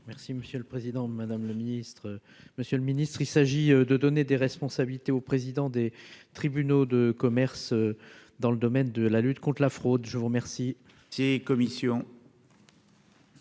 Merci monsieur le président, madame le ministre, monsieur le ministre, il s'agit de donner des responsabilités aux présidents des tribunaux de commerce dans le domaine de la lutte contre la fraude, je vous remercie, commissions.